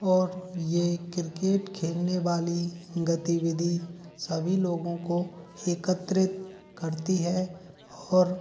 और ये किर्केट खेलने वाली गतिविधि सभी लोगों को एकत्रित करती है और